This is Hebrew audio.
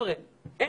אני